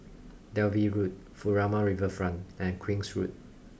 Dalvey Road Furama Riverfront and Queen's Road